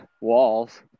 walls